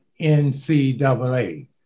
NCAA